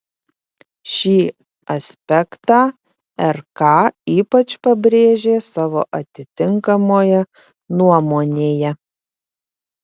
šį aspektą rk ypač pabrėžė savo atitinkamoje nuomonėje